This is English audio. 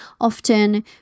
Often